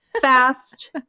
fast